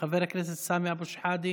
חבר הכנסת סמי אבו שחאדה